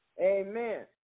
Amen